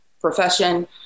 profession